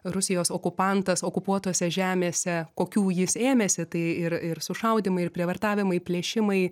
rusijos okupantas okupuotose žemėse kokių jis ėmėsi tai ir ir sušaudymai ir prievartavimai plėšimai